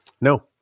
no